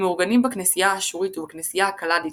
המאורגנים בכנסייה האשורית ובכנסייה הכלדית